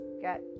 get